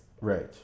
Right